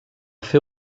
fer